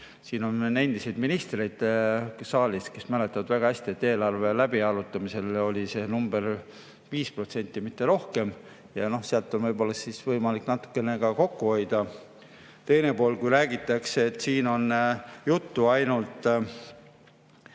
Siin on veel endiseid ministreid saalis, kes mäletavad väga hästi, et eelarve läbiarutamisel oli see number 5%, mitte rohkem. Ja sealt on võimalik natukene ka kokku hoida. Teine pool, kui räägitakse, et siin on juttu ainult